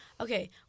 Okay